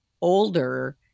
older